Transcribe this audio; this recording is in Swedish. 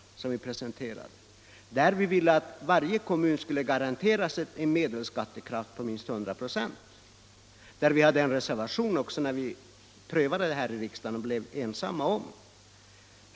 Vi ville att varje kommun skulle garanteras en medelskattekraft på minst 100 96. Vi hade även en reservation när vi prövade detta i riksdagen och den blev vi ensamma om.